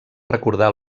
recordar